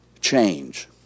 change